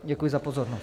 Děkuji za pozornost.